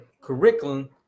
curriculum